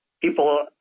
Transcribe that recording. people